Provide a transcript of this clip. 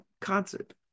concert